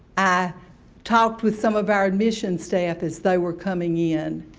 i talked with some of our admissions staff as they were coming in.